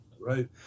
Right